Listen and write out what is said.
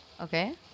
Okay